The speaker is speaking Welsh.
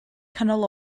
canol